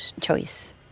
choice